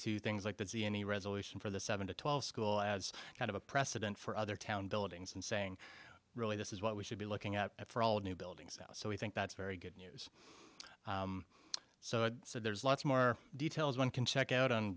to things like that see any resolution for the seven to twelve school as a kind of a precedent for other town buildings and saying really this is what we should be looking at for all new buildings so we think that's very good news so there's lots more details one can check out on